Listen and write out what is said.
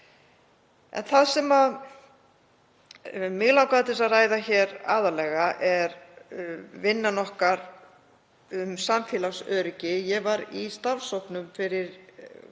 Það sem mig langaði til að ræða hér aðallega er vinnan okkar um samfélagsöryggi. Ég var í starfshópnum fyrir